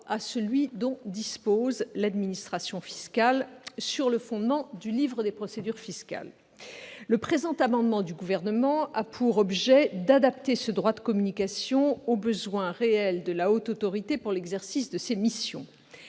à celui dont dispose l'administration fiscale, sur le fondement du livre des procédures fiscales. Cet amendement a pour objet d'adapter ce droit de communication aux besoins réels de la Haute Autorité pour l'exercice de ses missions.